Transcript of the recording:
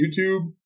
YouTube